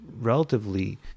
relatively